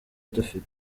dufite